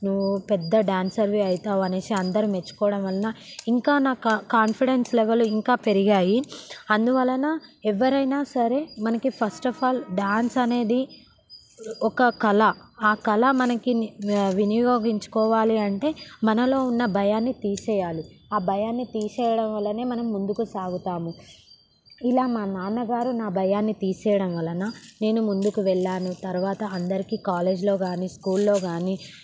నువ్వు పెద్ద డ్యా న్సర్వి అవుతావు అనేసి అందరు మెచ్చుకోవడం వలన ఇంకా నాకు కాన్ఫిడెన్స్ లెవెల్స్ ఇంకా పెరిగాయి అందువలన ఎవరైనా సరే మనకి ఫస్ట్ అఫ్ ఆల్ డ్యాన్స్ అనేది ఒక కళ ఆ కళ మనకి వినియోగించుకోవాలి అంటే మనలో ఉన్న భయాన్ని తీసేయాలి ఆ భయాన్ని తీసేయడం వల్లనే మనం ముందుకు సాగుతాము ఇలా మా నాన్నగారు నా భయాన్ని తీసేయడం వలన నేను ముందుకు వెళ్ళాను తర్వాత అందరికీ కాలేజీలో కాని స్కూల్లో కాని